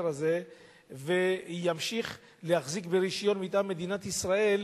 הזה ולהמשיך להחזיק ברשיון מטעם מדינת ישראל,